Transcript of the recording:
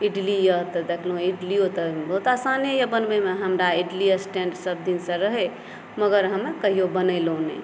इडली यऽ तऽ देखलहुँ इडलियो तऽ बहुत आसाने यऽ बनबैमे हमरा इडली स्टैंड सभ दिनसे रहय मगर हमै कहियो बनेलहुँ नहि